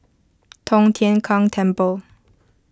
Tong Tien Kung Temple